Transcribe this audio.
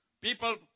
people